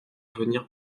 venir